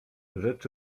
rzecz